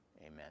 amen